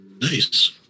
Nice